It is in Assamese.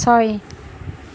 ছয়